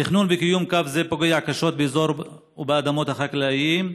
התכנון והקיום של קו זה פוגעים קשות באזור ובאדמות החקלאים,